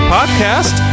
Podcast